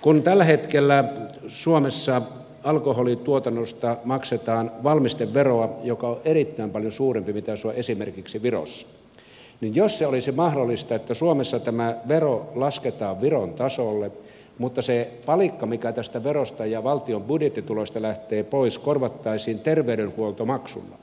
kun tällä hetkellä suomessa alkoholituotannosta maksetaan valmisteveroa joka on erittäin paljon suurempi kuin esimerkiksi virossa niin jos se olisi mahdollista että suomessa tämä vero lasketaan viron tasolle mutta se palikka mikä tästä verosta ja valtion budjettituloista lähtee pois korvattaisiin terveydenhuoltomaksulla